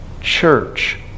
church